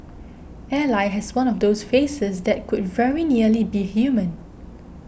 Ally has one of those faces that could very nearly be human